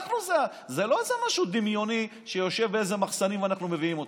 זה לא איזה משהו דמיוני שיושב באיזה מחסנים ואנחנו מביאים אותם.